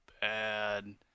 bad